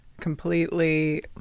completely